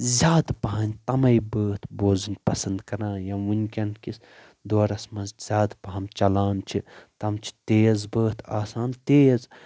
زیادٕ پہن تَمٕے بٲتھ بوزٕنۍ پسند کَران یم وٕنکٮ۪ن کِس دورس منٛز زیادٕ پہم چَلان چھِ تِم چھ ِتیز بٲتھ آسان تیز